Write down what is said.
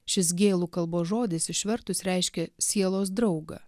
šis gėlų kalbos žodis išvertus reiškia sielos draugą